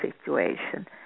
situation